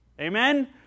Amen